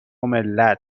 ملت